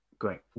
Great